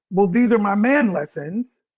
well, these are my man lessons.